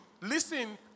listen